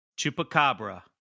chupacabra